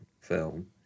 film